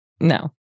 No